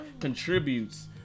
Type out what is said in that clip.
contributes